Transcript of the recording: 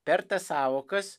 per tas sąvokas